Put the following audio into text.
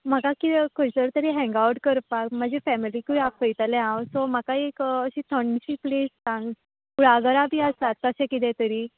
म्हाका किरें खंयसर तरी हँग आवट करपाक म्हाजे फॅमिलीकूय आफयतलें हांव सो म्हाका एक अशी थंड शी प्लेस सांग कुळागरां बी आसा तशें किदें तरी